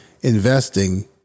investing